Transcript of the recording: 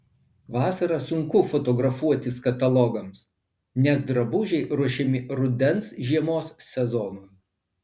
vasarą sunku fotografuotis katalogams nes drabužiai ruošiami rudens žiemos sezonui